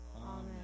Amen